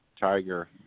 Tiger